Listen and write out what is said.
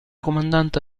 comandante